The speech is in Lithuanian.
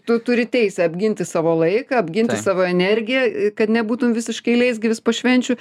tu turi teisę apginti savo laiką apginti savo energiją kad nebūtum visiškai leisgyvis po švenčių